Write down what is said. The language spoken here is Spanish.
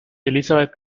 elizabeth